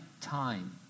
time